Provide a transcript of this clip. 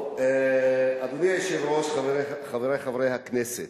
אדוני היושב-ראש, חברי חברי הכנסת,